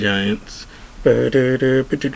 Giants